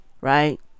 right